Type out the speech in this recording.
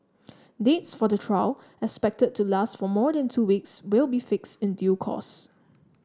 dates for the trial expected to last for more than two weeks will be fixed in due course